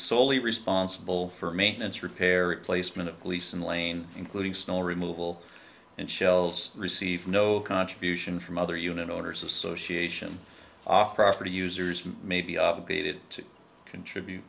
solely responsible for maintenance repair placement of police and lane including snow removal and shells received no contribution from other unit owners association off property users may be obligated to contribute